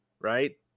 right